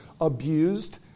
abused